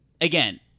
again